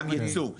גם ייצוא.